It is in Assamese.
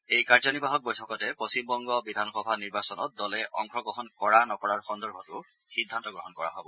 এই কাৰ্যনিৰ্বাহক বৈঠকতে পশ্চিম বংগ বিধানসভা নিৰ্বাচনত দলে অংশগ্ৰহণ কৰা নকৰাৰ সন্দৰ্ভতো সিদ্ধান্ত গ্ৰহণ কৰা হ'ব